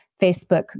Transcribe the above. Facebook